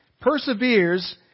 perseveres